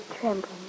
trembling